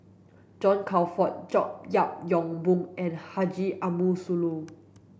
John Crawfurd George Yeo Yong Boon and Haji Ambo Sooloh